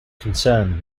concerned